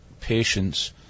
patients